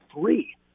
three